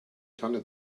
tanne